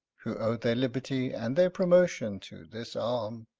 who owe their liberty and their promotion to this arm.